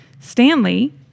Stanley